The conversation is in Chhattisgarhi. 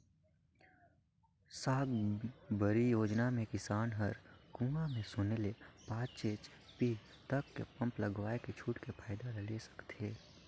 साकम्बरी योजना मे किसान हर कुंवा में सून्य ले पाँच एच.पी तक के पम्प लगवायके छूट के फायदा ला ले सकत है